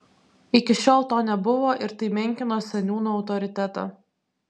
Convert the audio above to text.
iki šiol to nebuvo ir tai menkino seniūno autoritetą